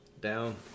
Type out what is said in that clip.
Down